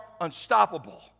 unstoppable